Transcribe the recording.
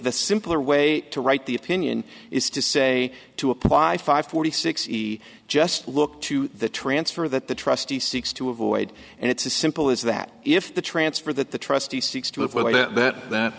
the simpler way to write the opinion is to say to apply five forty six he just look to the transfer that the trustee seeks to avoid and it's as simple as that if the transfer that the t